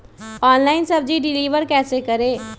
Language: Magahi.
ऑनलाइन सब्जी डिलीवर कैसे करें?